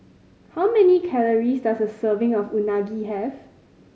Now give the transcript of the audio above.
how many calories does a serving of Unagi have